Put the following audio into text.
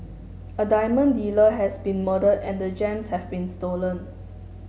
a diamond dealer has been murdered and the gems have been stolen